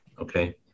Okay